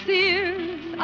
Sears